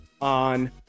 on